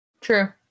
true